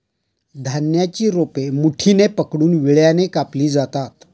धान्याची रोपे मुठीने पकडून विळ्याने कापली जातात